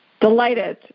delighted